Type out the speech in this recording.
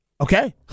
Okay